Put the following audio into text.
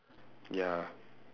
ya